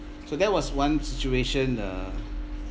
so that was one situation uh